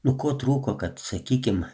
nuo ko trūko kad sakykim